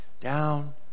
down